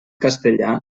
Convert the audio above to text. castellà